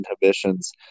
inhibitions